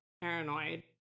paranoid